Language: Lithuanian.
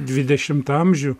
dvidešimtą amžių